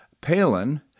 Palin